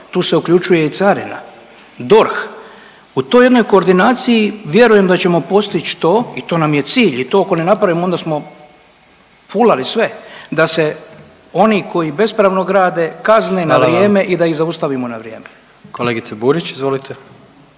tu se uključuje i Carina i DORH, u toj jednoj koordinaciji vjerujem da ćemo postići to i to nam je cilj i to ako ne napravimo onda smo fulali sve, da se oni koji bespravno grade kazne na vrijeme …/Upadica: Hvala vam./… i da ih